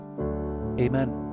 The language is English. Amen